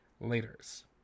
Later's